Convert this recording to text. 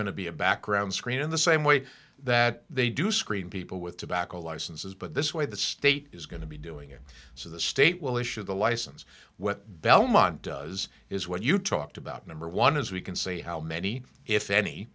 going to be a background screen in the same way that they do screen people with tobacco licenses but this way the state is going to be doing it so the state will issue the license what belmont does is what you talked about number one is we can say how many if any